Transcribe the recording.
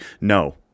no